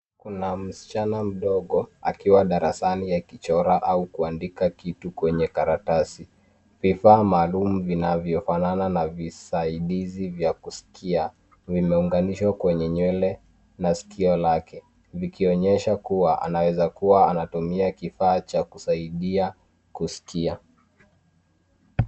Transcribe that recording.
Kuna msichana mdogo akiwa darasani akichora au kuandika kitu kwenye karatasi. Vifaa maalum vinavyofanana na visaidizi vya kusikia viliunganishwa kwenye nywele na sikio lake vikionyesha kuwa anaweza kuwa anatumia kifaa cha kusaidia kusikia.